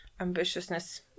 ambitiousness